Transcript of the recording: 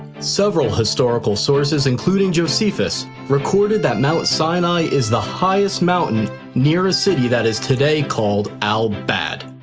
several historic sources including josephus recorded that mount sinai is the highest mountain near a city that is today called al-bad.